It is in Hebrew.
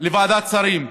לוועדת שרים,